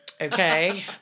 Okay